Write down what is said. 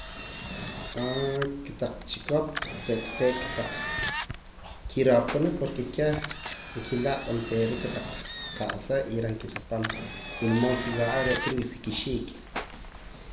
Aaaa kotaq chikop re' taqee' kotaq kiroopana porque keh nqilaa' oontera kotaq qa'sa y reh nkichapaam wula mood nkiwa'a re'qa ru sa kix'iik